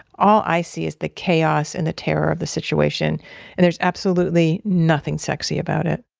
all i see is the chaos and the terror of the situation. and there's absolutely nothing sexy about it